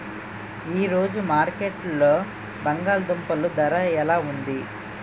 ఈ రోజు మార్కెట్లో బంగాళ దుంపలు ధర ఎలా ఉంది?